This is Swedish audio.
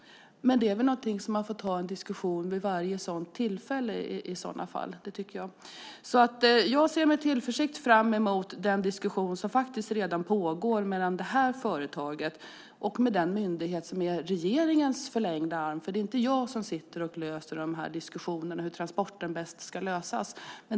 Det är i så fall något man får ta en diskussion om vid varje tillfälle. Jag ser med tillförsikt fram emot den diskussion som faktiskt redan pågår mellan det här företaget och den myndighet som är regeringens förlängda arm - det är ju inte jag som sitter och diskuterar hur transporten bäst ska lösas.